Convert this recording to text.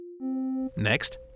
Next